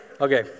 Okay